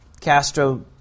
Castro